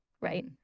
Right